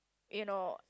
you know